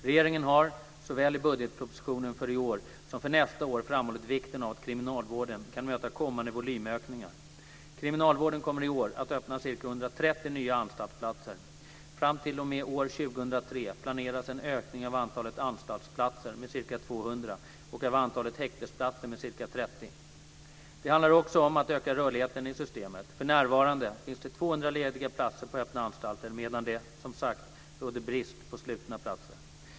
Regeringen har såväl i budgetpropositionen för i år som för nästa år framhållit vikten av att kriminalvården kan möta kommande volymökningar. Kriminalvården kommer i år att öppna ca 130 nya anstaltsplatser. Fram till och med år 2003 planeras en ökning av antalet anstaltsplatser med ca 200 och av antalet häktesplatser med ca 30. Det handlar också om att öka rörligheten i systemet. För närvarande finns det 200 lediga platser på öppna anstalter medan det, som sagt, råder brist på slutna platser.